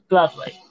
Lovely